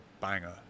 banger